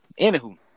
Anywho